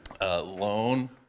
loan